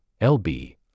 LB